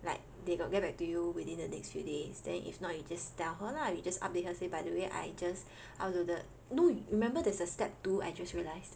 like they got get back to you within the next few days then if not you just tell her lah we just update her say by the way I just uploaded no remember there's a step two I just realized